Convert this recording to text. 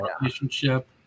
relationship